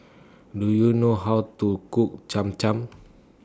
Do YOU know How to Cook Cham Cham